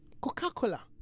Coca-Cola